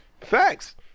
Facts